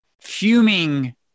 fuming